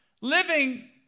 living